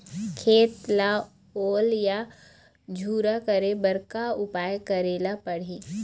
खेत ला ओल या झुरा करे बर का उपाय करेला पड़ही?